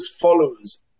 followers